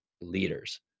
leaders